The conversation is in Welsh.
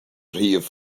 rhif